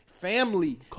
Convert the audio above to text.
family